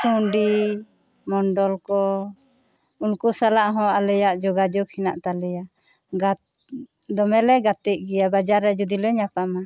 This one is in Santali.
ᱥᱩᱰᱤ ᱢᱚᱱᱰᱚᱞ ᱠᱚ ᱩᱱᱠᱩ ᱥᱟᱞᱟᱜ ᱦᱚᱸ ᱟᱞᱮᱭᱟᱜ ᱡᱚᱜᱟᱡᱚᱜᱽ ᱢᱮᱱᱟᱜ ᱛᱟᱞᱮᱭᱟ ᱜᱟᱛᱮ ᱫᱚᱢᱮ ᱞᱮ ᱜᱟᱛᱮᱜ ᱜᱮᱭᱟ ᱵᱟᱡᱟᱨ ᱨᱮ ᱡᱩᱫᱤ ᱞᱮ ᱧᱟᱯᱟᱢᱟ